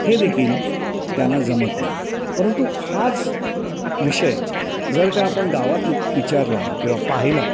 हे देखील गाना जमत नाई परंतु हाच विषय जर का आपण गावात विचारला किंवा पाहिला